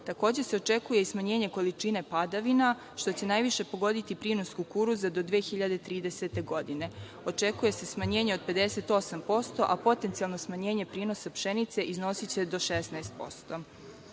Takođe se očekuje i smanjenje količine padavina, što će najviše pogoditi prinos kukuruza do 2030. godine. Očekuje se smanjenje od 58%, a potencijalno smanjenje prinosa pšenice iznosiće do 16%.Kako